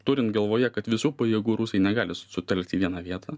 turint galvoje kad visų pajėgų rusai negali sutelkti į vieną vietą